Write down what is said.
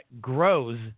grows